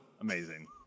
Amazing